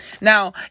Now